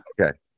Okay